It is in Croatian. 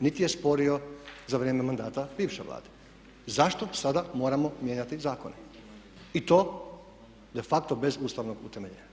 niti je sporio za vrijeme mandata bivše Vlade. Zašto sada moramo mijenjati zakone i to de facto bez ustavnog utemeljenja.